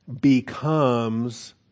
becomes